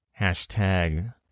Hashtag